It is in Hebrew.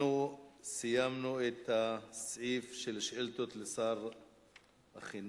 אנחנו סיימנו את הסעיף של שאילתות לשר החינוך.